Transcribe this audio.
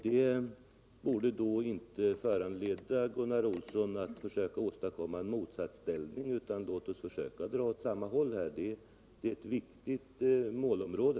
Det borde inte föranleda Gunnar Olsson att försöka åstadkomma en motsatsställning. Låt oss försöka dra åt samma håll. Det här är ett viktigt målområde.